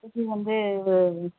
veg வந்து